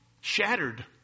Shattered